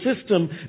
system